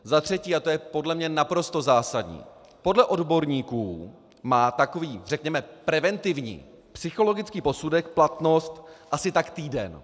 Za třetí, a to je podle mě naprosto zásadní, podle odborníků má takový řekněme preventivní psychologický posudek platnost asi tak týden.